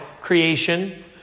Creation